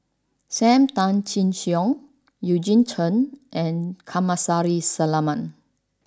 Sam Tan Chin Siong Eugene Chen and Kamsari Salam